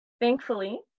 Thankfully